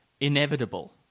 inevitable